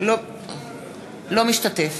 אינו משתתף